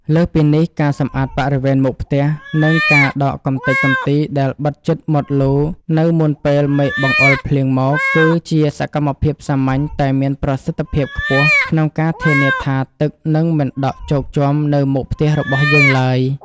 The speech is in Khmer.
លើសពីនេះ ការសម្អាតបរិវេណមុខផ្ទះ និងការដកកម្ទេចកម្ទីដែលបិទជិតមាត់លូនៅមុនពេលមេឃបង្អុរភ្លៀងមក គឺជាសកម្មភាពសាមញ្ញតែមានប្រសិទ្ធភាពខ្ពស់ ក្នុងការធានាថាទឹកនឹងមិនដក់ជោកជាំនៅមុខផ្ទះរបស់យើងឡើយ។